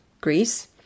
Greece